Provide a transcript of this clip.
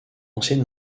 ancien